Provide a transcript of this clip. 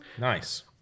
Nice